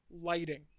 lighting